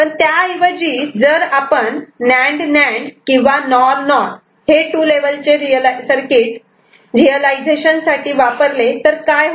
त्याऐवजी जर आपण नांड नांड किंवा नॉर नॉर हे टू लेव्हलचे सर्किट रियलायझेशन साठी वापरले तर काय होईल